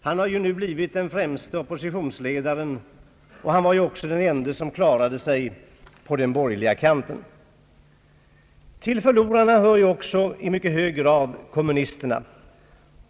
Han har nu blivit den främste oppositionsledaren, och han var ju den ende som klarade sig på den borgerliga kanten. Till förlorarna hör också i mycket hög grad kommunisterna.